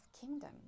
kingdom